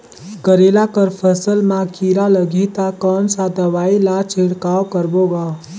करेला कर फसल मा कीरा लगही ता कौन सा दवाई ला छिड़काव करबो गा?